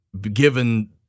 given